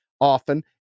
often